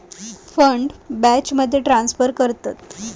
fund बॅचमध्ये transfer करतत